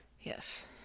Yes